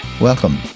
Welcome